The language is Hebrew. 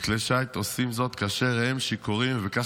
בכלי שיט עושים זאת כאשר הם שיכורים ובכך